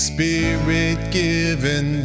Spirit-given